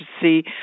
see